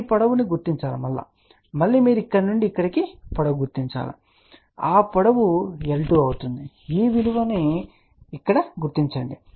ఈ పొడవు ను గుర్తించండి మళ్ళీ మీరు ఇక్కడ నుండి ఇక్కడికి పొడవు గుర్తించండి మరియు ఆ పొడవు L2 అవుతుంది ఈ విలువను ఇక్కడ గుర్తించండి